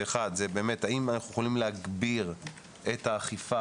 זה האם אנחנו יכולים להגביר את האכיפה